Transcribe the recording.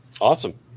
Awesome